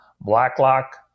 Blacklock